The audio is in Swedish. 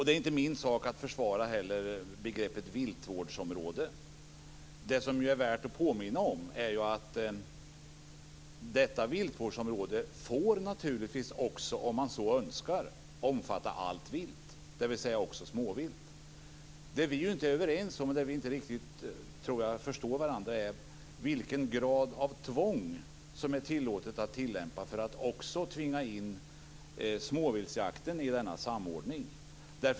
Det är inte min sak att försvara begreppet viltvårdsområde. Det som är värt att påminna om är att viltvårdsområdet naturligtvis får, om man så önskar, omfatta allt vilt, dvs. också småvilt. Det som vi inte är överens om, och där jag inte riktigt tror att vi förstår varandra, gäller vilken grad av tvång som är tillåten att tillämpa för att också tvinga in småviltsjakten i denna samordning.